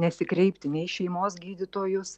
nesikreipti nei į šeimos gydytojus